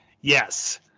Yes